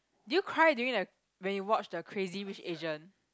do you cry during the when you watch the Crazy-Rich-Asians